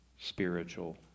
spiritual